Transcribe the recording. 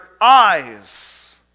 eyes